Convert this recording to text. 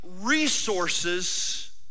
resources